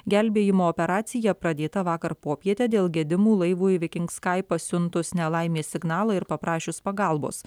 gelbėjimo operacija pradėta vakar popietę dėl gedimų laivui viking skai pasiuntus nelaimės signalą ir paprašius pagalbos